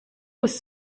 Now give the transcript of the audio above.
was